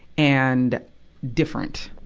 and different.